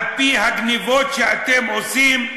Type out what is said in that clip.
על-פי הגנבות שאתם עושים,